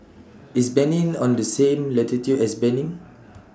IS Benin on The same latitude as Benin